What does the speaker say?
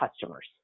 customers